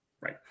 Right